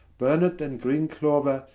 burnet, and greene clouer,